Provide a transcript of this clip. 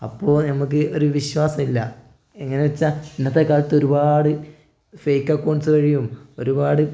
അപ്പോൾ നമുക്ക് ഒരു വിശ്വാസമില്ല എങ്ങനെ എന്നു വെച്ചാൽ ഇന്നത്തെ കാലത്ത് ഒരുപാട് ഫേക്ക് അക്കൗണ്ട്സ് വഴിയും ഒരുപാട്